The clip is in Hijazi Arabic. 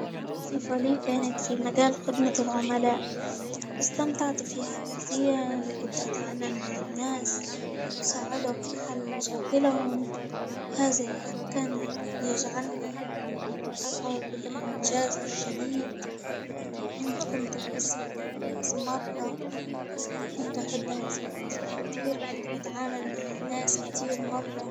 أول وظيفة له كانت في مجال خدمة العملاء، إستمتعت فيها كثير كنت أتعامل مع الناس وساعدهم في حل مشاكلهم، هذا يختن- يجعلني أشعر بالإنجاز الشديد، كنت أحس بلإنجاز مرة كنت بحب هذه الوظيفة كتير، كنت بتعامل مع ناس كتير مرة.